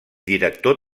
director